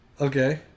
Okay